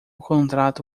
contrato